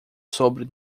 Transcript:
sobre